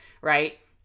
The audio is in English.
right